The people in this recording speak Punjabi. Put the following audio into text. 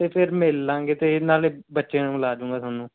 ਅਤੇ ਫਿਰ ਮਿਲ ਲਵਾਂਗੇ ਅਤੇ ਨਾਲ ਬੱਚਿਆਂ ਨੂੰ ਮਿਲਾ ਦੂੰਗਾ ਤੁਹਾਨੂੰ